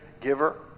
giver